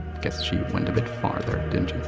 guess she went a bit far there didn't she?